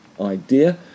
idea